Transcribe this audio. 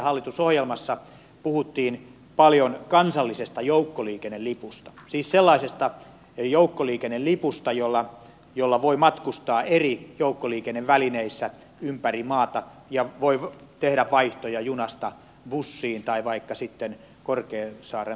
hallitusohjelmassa puhuttiin paljon kansallisesta joukkoliikennelipusta siis sellaisesta joukkoliikennelipusta jolla voi matkustaa eri joukkoliikennevälineissä ympäri maata ja voi tehdä vaihtoja junasta bussiin tai vaikka sitten korkeasaaren lauttaan